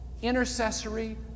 intercessory